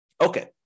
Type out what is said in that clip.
Okay